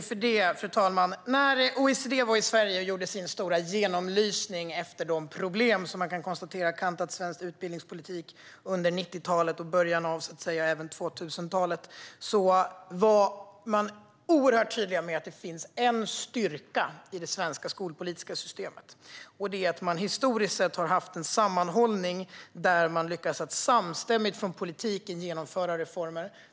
Fru talman! När OECD var i Sverige och gjorde sin stora genomlysning efter de problem som man kan konstatera har kantat svensk utbildningspolitik under 90-talet och även under början av 2000-talet var man oerhört tydlig med att det finns en styrka i det svenska skolpolitiska systemet. Det är att man historiskt sett har haft en sammanhållning där man har lyckats att samstämmigt från politiken genomföra reformer.